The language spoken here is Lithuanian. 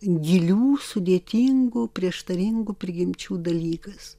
gilių sudėtingų prieštaringų prigimčių dalykas